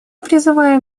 призываем